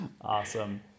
awesome